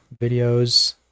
videos